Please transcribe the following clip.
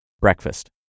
breakfast